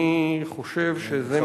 אני חושב שזה מצער.